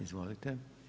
Izvolite.